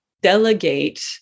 delegate